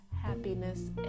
happiness